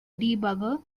debugger